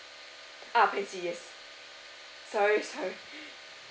ah pansy yes sorry sorry